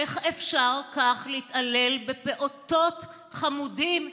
איך אפשר כך להתעלל בפעוטות חמודים,